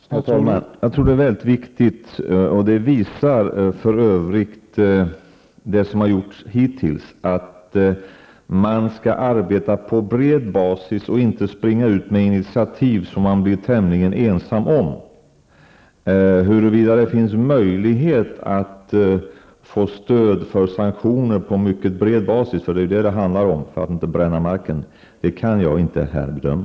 Herr talman! Jag tror det är väldigt viktigt -- och det visar för övrigt det som gjorts hittills -- att man arbetar på bred basis och inte springer ut med initiativ som man blir tämligen ensam om. Huruvida det finns möjlighet att få stöd för sanktioner på mycket bred basis -- det är den saken det handlar om ifall man inte vill bränna marken -- kan jag inte nu bedöma.